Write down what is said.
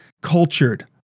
cultured